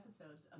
episodes